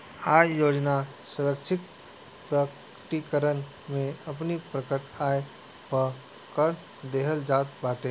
आय योजना स्वैच्छिक प्रकटीकरण में अपनी प्रकट आय पअ कर देहल जात बाटे